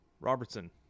Robertson